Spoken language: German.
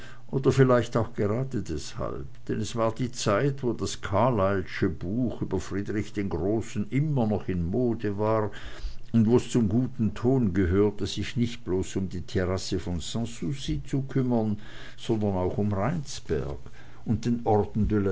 oder vielleicht auch gerade deshalb denn es war die zeit wo das carlylesche buch über friedrich den großen immer noch in mode war und wo's zum guten ton gehörte sich nicht bloß um die terrasse von sanssouci zu kümmern sondern auch um rheinsberg und den